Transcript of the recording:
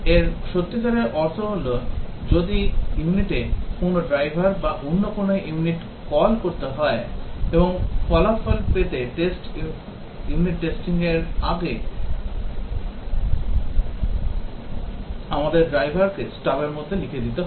এর সত্যিকারের অর্থ হল যদি ইউনিটে কোনও ড্রাইভার বা অন্য কোনও ইউনিট কল করতে হয় এবং ফলাফল পেতে unit testing র আগে আমাদের ড্রাইভারকে স্টাবের মধ্যে লিখে দিতে হবে